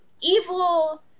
evil